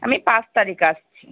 আমি পাঁচ তারিখ আসছি